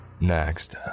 Next